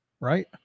right